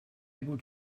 able